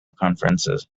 conferences